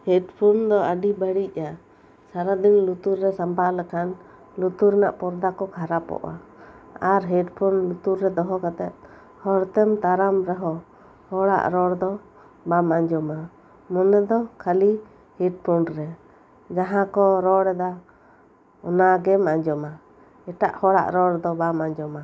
headphone ᱫᱚ ᱟᱹᱰᱤ ᱵᱟᱹᱲᱤᱡᱼᱟ ᱥᱟᱨᱟᱫᱤᱱ ᱞᱩᱛᱩᱨ ᱨᱮ ᱥᱟᱢᱵᱟᱣ ᱞᱮᱠᱷᱟᱱ ᱞᱩᱛᱩᱨ ᱨᱮᱱᱟᱜ ᱯᱚᱨᱫᱟ ᱠᱚ ᱠᱷᱟᱨᱟᱯᱚᱜᱼᱟ ᱟᱨ ᱦᱮᱰᱯᱷᱳᱱ ᱞᱩᱛᱩᱨ ᱨᱮ ᱫᱚᱦᱚ ᱠᱟᱛᱮᱫ ᱦᱚᱨᱛᱮᱢ ᱛᱟᱲᱟᱢ ᱨᱮᱦᱚᱸ ᱦᱚᱲᱟᱜ ᱨᱚᱲ ᱫᱚ ᱵᱟᱢ ᱟᱸᱡᱚᱢᱟ ᱢᱚᱱᱮ ᱫᱚ ᱠᱷᱟᱞᱤ ᱦᱮᱰᱯᱷᱳᱱ ᱨᱮ ᱡᱟᱦᱟᱸ ᱠᱚ ᱨᱚᱲ ᱫᱟ ᱚᱱᱟᱜᱮᱢ ᱟᱸᱡᱚᱢᱟ ᱮᱴᱟᱜ ᱦᱚᱲᱟᱜ ᱨᱚᱲ ᱫᱚ ᱵᱟᱢ ᱟᱸᱡᱚᱢᱟ